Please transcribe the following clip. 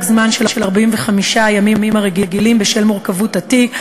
זמן של 45 הימים הרגילים בשל מורכבות התיק,